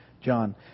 John